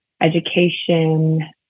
education